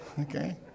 Okay